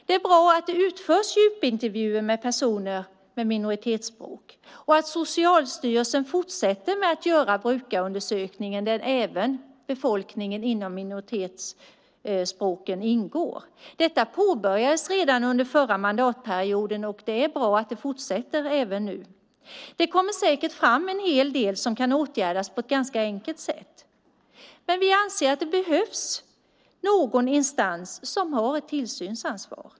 Det är bra att det utförs djupintervjuer med personer som talar minoritetsspråk och att Socialstyrelsen fortsätter att göra brukarundersökningar där även befolkningen som talar minoritetsspråken ingår. Detta påbörjades redan under den förra mandatperioden, och det är bra att det fortsätter även nu. Det kommer säkert fram en hel del som kan åtgärdas på ett ganska enkelt sätt, men vi anser att det behövs en instans som har ett tillsynsansvar.